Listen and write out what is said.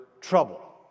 trouble